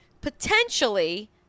potentially